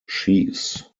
chiefs